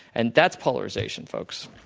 and that's polarization, folks.